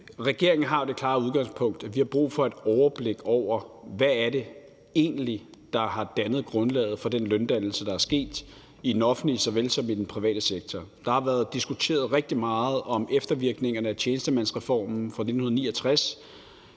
Regeringen har det klare udgangspunkt, at vi har brug for et overblik over, hvad det egentlig er, der har dannet grundlaget for den løndannelse, der er sket i den offentlige såvel som i den private sektor. Der har været diskuteret rigtig meget om eftervirkningerne af tjenestemandsreformen fra 1969.